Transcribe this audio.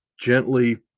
gently